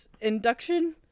Induction